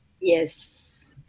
Yes